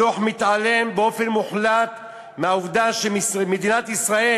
הדוח מתעלם באופן מוחלט מהעובדה שמדינת ישראל